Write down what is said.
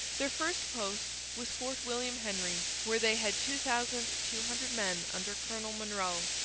their first post was fort william henry, where they had two thousand two hundred men under colonel monro.